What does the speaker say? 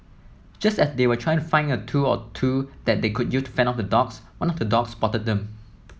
just as they were trying to find a tool or two that they could use to fend off the dogs one of the dogs spotted them